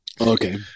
Okay